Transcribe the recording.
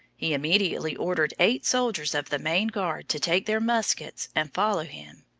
he immediately ordered eight soldiers of the main guard to take their muskets and follow him.